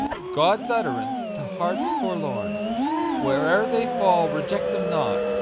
god's utterance to hearts forlorn where'er they fall reject them not,